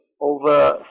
over